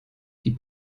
die